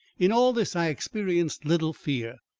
in all this i experienced little fear,